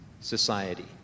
society